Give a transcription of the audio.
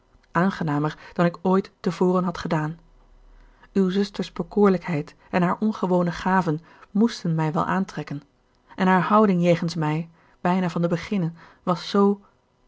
aangenamer dan ik ooit te voren had gedaan uw zuster's bekoorlijkheid en haar ongewone gaven moesten mij wel aantrekken en haar houding jegens mij bijna van den beginne was z